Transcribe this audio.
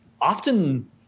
often